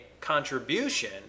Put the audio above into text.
contribution